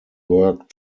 work